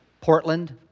Portland